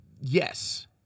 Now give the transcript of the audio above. Yes